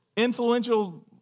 Influential